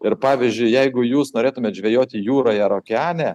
ir pavyzdžiui jeigu jūs norėtumėt žvejoti jūroje ar okeane